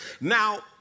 Now